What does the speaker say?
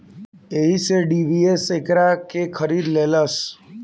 एही से डी.बी.एस एकरा के खरीद लेलस